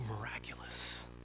miraculous